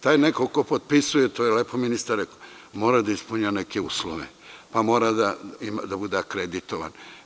Taj neko ko potpisuje, to je ministar lepo rekao, mora da ispunjava neke uslove, mora da bude akreditovan.